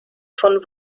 von